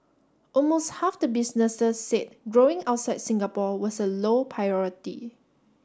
almost half the businesses said growing outside Singapore was a low priority